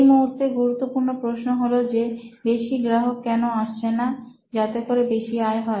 এই মুহূর্তে গুরুত্বপূর্ণ প্রশ্ন হল যে বেশি গ্রাহক কেন আসছে না যাতে করে বেশি আয় হয়